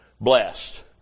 blessed